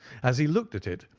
as he looked at it,